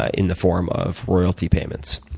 ah in the form of royalty payments.